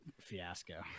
fiasco